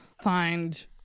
find